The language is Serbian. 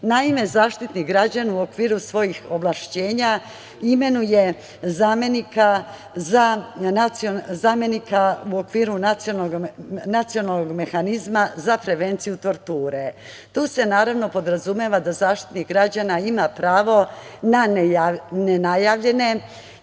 vlast. Naime, Zaštitnik građana u okviru svojih ovlašćenja imenuje zamenika u okviru nacionalnog mehanizma za prevenciju torture. Tu se, naravno, podrazumeva da Zaštitnik građana ima pravo na nenajavljene